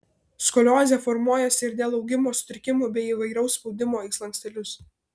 skoliozė formuojasi ir dėl augimo sutrikimų bei įvairaus spaudimo į slankstelius